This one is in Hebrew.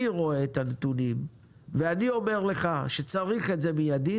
אני רואה את הנתונים ואני אומר לך שצריך את זה מיידית'